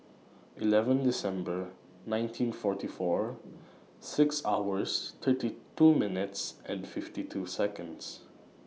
eleven December nineteen forty four six hours twenty two minutes fifty two Seconds